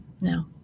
no